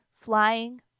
flying